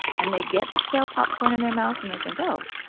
and they get the stale popcorn in their mouth, and they think, oh,